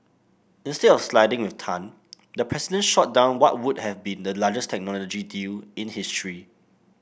instead of siding with Tan the president shot down what would have been the largest technology deal in history